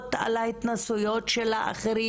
יודעות על ההתנסויות של האחרים.